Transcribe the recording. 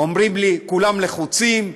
אומרים לי: כולם לחוצים,